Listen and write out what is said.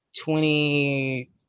twenty